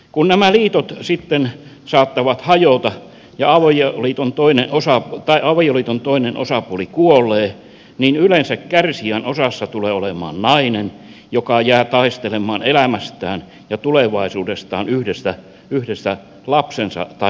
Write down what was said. kun nämä liitot sitten saattavat hajota tai avioliiton toinen osapuoli kuolee niin yleensä kärsijän osassa tulee olemaan nainen joka jää taistelemaan elämästään ja tulevaisuudestaan yhdessä lapsensa tai lastensa kanssa